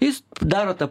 jis daro ta